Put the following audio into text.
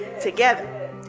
together